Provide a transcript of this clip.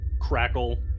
crackle